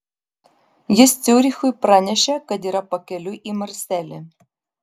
jis ciurichui pranešė kad yra pakeliui į marselį